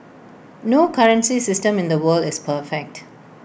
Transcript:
no currency system in the world is perfect